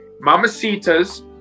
Mamacita's